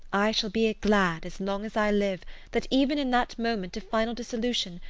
i shall be glad as long as i live that even in that moment of final dissolution,